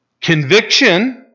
conviction